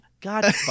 God